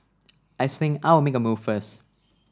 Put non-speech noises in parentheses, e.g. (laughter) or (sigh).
(noise) I think I'll make a move first